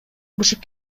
урушуп